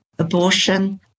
Abortion